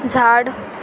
झाड